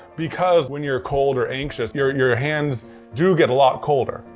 because when you're cold or anxious, your your hands do get a lot colder.